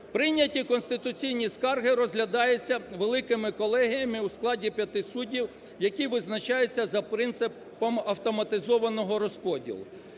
Прийняті конституційні скарги розглядаються великими колегіями у складі 5 суддів, які визначаються за принципом автоматизованого розподілу.